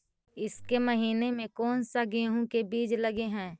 ईसके महीने मे कोन सा गेहूं के बीज लगे है?